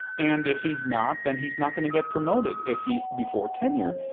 and if he's not then he's not going to get promoted. if he's before tenure,